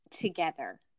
together